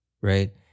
right